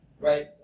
right